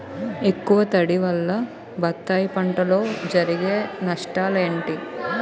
ఎక్కువ తడి వల్ల బత్తాయి పంటలో జరిగే నష్టాలేంటి?